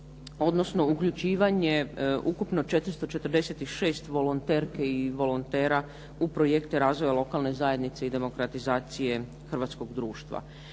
odnosno uključivanje ukupno 446 volonterke i volontera u projekte razvoja lokalne zajednice i demokratizacije hrvatskog društva.